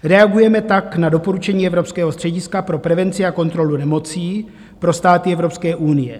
Reagujeme tak na doporučení Evropského střediska pro prevenci a kontrolu nemocí pro státy Evropské unie.